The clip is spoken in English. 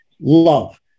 love